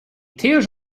tears